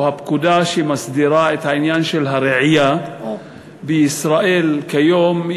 או הפקודה שמסדירה את העניין של הרעייה בישראל כיום,